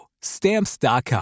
Stamps.com